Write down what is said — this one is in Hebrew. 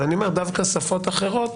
דווקא שפות אחרות